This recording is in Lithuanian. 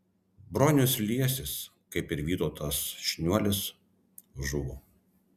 bronius liesis kaip ir vytautas šniuolis žuvo